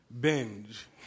binge